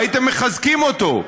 והייתם מחזקים אותו.